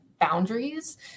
boundaries